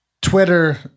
Twitter